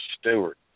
Stewart